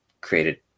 created